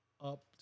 up